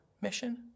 mission